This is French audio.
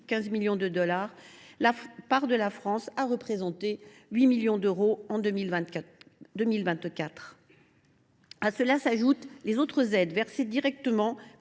15 millions de dollars. La part de la France s’est élevée à 8 millions d’euros en 2024. À cela s’ajoutent les autres aides, versées directement